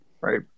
Right